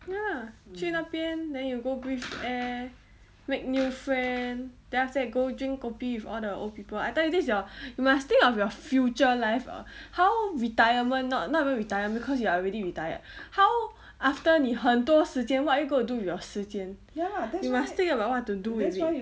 ya 去那边 then you go breathe air make new friends then after that go drink kopi with all the old people I tell you this is your you must think of your future life or how retirement not not even retirement cause you are already retired how after 你很多时间 what are you going to do your 时间 you must think about what to do with it